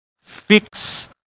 Fix